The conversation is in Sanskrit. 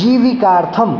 जीविकार्थम्